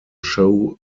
show